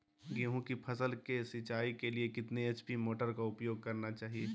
गेंहू की फसल के सिंचाई के लिए कितने एच.पी मोटर का उपयोग करना चाहिए?